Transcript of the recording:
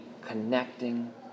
connecting